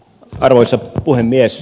arvoisa puhemies